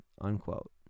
unquote